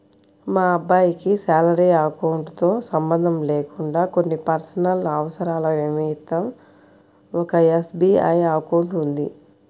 మా అబ్బాయికి salary account తో సంబంధం లేకుండా కొన్ని పర్సనల్ అవసరాల నిమిత్తం ఒక ఎస్.బీ.ఐ అకౌంట్ ఉంది